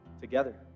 together